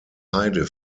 heide